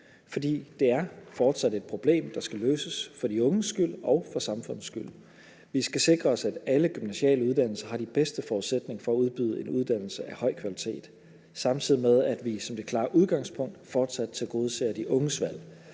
fordi det fortsat er et problem, der skal løses for de unges skyld og for samfundets skyld. Vi skal sikre os, at alle gymnasiale uddannelser har de bedste forudsætninger for at udbyde en uddannelse af høj kvalitet, samtidig med at vi som det klare udgangspunkt fortsat tilgodeser de unges valg.